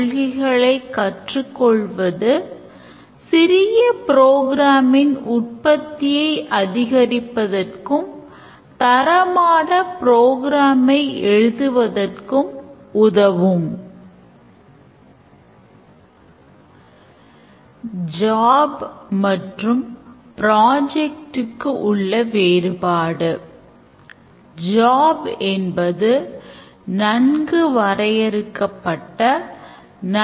படிப்புகளை கைவிடுவதற்கு ஒரு கால அவகாசம் உள்ளது மேலும் காலெண்டரை ஒரு வெளிப்புற actor ஆக வைத்திருக்கிறோம் பின்னர் நாம் constraint ஐ எழுதியுள்ளோம் அதாவது இன்றைய தேதி நிர்ணயிக்கப்பட்ட தேதியை விட குறைவாக இருந்தால் அதாவது காலக்கெடு நிறைவேற்றப்படாத வரை மாணவர் ஒரு course ஐ கைவிடலாம்